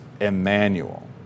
Emmanuel